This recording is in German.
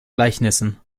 gleichnissen